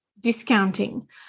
discounting